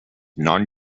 non